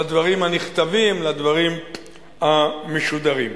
לדברים הנכתבים, לדברים המשודרים.